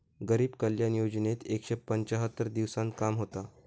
गरीब कल्याण योजनेत एकशे पंच्याहत्तर दिवसांत काम होता